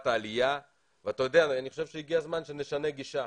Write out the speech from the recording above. העלייה ואני חושב שהגיע הזמן שנשנה גישה.